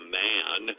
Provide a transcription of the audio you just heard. man